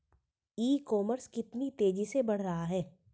ई commerce कितनी तेजी से बढ़ रहा है?